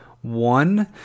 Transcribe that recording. One